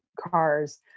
cars